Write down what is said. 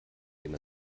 dem